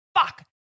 fuck